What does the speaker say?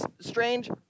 strange